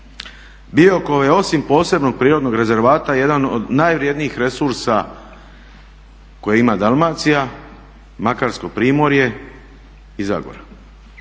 Biokovo je osim posebnog prirodnog rezervata jedan od najvrednijih resursa koje ima Dalmacija, Makarsko primorje i Zagora.